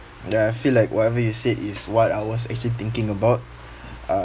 ya I feel like whatever you said is what I was actually thinking about uh